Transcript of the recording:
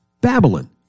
Babylon